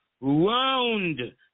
round